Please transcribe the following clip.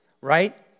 right